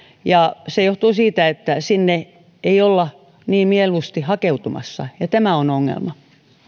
ja se johtuu siitä että sinne ei olla niin mieluusti hakeutumassa ja tämä on ongelma